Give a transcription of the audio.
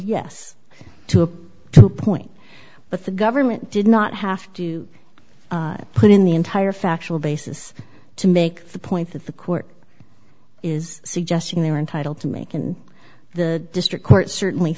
yes to a two point but the government did not have to put in the entire factual basis to make the point that the court is suggesting they were entitled to make and the district court certainly